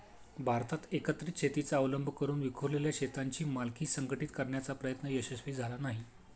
भारतात एकत्रित शेतीचा अवलंब करून विखुरलेल्या शेतांची मालकी संघटित करण्याचा प्रयत्न यशस्वी झाला नाही